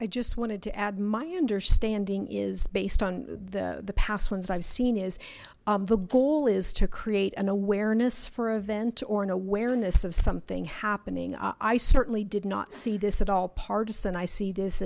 i just wanted to add my understanding is based on the the past ones i've seen is the goal is to create an awareness for event or an awareness of something happening i certainly did not see this at all partisan i see this